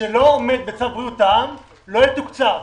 שלא עומד בצו בריאות העם לא יתוקצב.